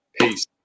Peace